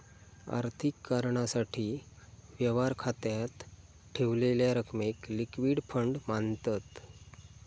आर्थिक कारणासाठी, व्यवहार खात्यात ठेवलेल्या रकमेक लिक्विड फंड मांनतत